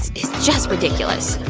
is just ridiculous!